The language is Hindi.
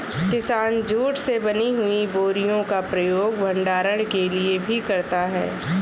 किसान जूट से बनी हुई बोरियों का प्रयोग भंडारण के लिए भी करता है